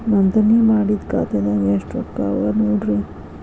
ನೋಂದಣಿ ಮಾಡಿದ್ದ ಖಾತೆದಾಗ್ ಎಷ್ಟು ರೊಕ್ಕಾ ಅವ ನೋಡ್ರಿ